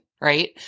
right